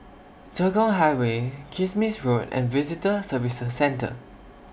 Tekong Highway Kismis Road and Visitor Services Centre